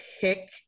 pick